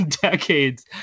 decades